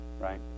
Right